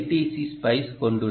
C spice கொண்டுள்ளது